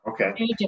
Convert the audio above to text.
Okay